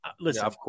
Listen